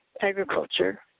agriculture